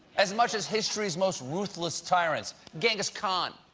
as much as history's most ruthless tyrants. genghis khan,